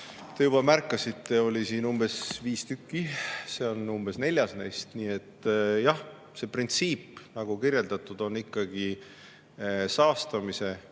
te juba märkasite, oli siin umbes viis tükki, see on [vist] neljas neist. Nii et jah, see printsiip, nagu kirjeldatud, on ikkagi saastamise